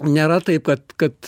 nėra taip kad kad